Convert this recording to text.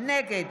נגד